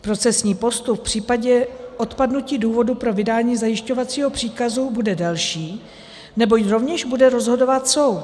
Procesní postup v případě odpadnutí důvodu pro vydání zajišťovacího příkazu bude delší, neboť rovněž bude rozhodovat soud.